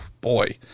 boy